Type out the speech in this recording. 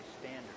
standard